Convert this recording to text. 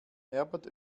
herbert